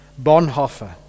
Bonhoeffer